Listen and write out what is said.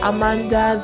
Amanda